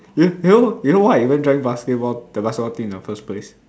you you know you know why I even join basketball the basketball team in the first place